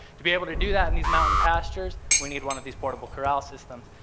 to be able to do that and these mountain pastures, we need one of these portable corral systems.